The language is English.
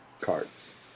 cards